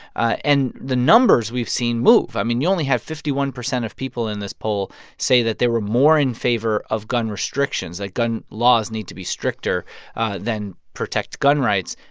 and the numbers we've seen move. i mean, you only have fifty one percent of people in this poll say that they were more in favor of gun restrictions, that gun laws need to be stricter than protect gun rights.